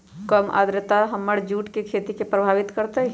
कम आद्रता हमर जुट के खेती के प्रभावित कारतै?